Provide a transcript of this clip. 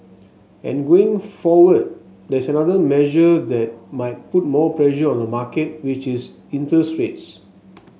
and going forward there is another measure that might put more pressure on the market which is interest rates